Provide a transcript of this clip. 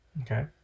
Okay